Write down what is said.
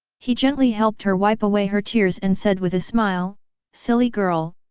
he gently helped her wipe away her tears and said with a smile silly girl,